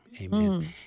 Amen